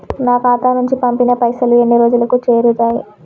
నా ఖాతా నుంచి పంపిన పైసలు ఎన్ని రోజులకు చేరుతయ్?